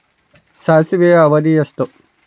ಸಾಸಿವೆಯ ಅವಧಿ ಎಷ್ಟು?